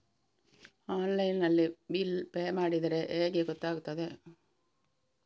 Online ನಲ್ಲಿ bill pay ಮಾಡಿದ್ರೆ ಹೇಗೆ ಗೊತ್ತಾಗುತ್ತದೆ?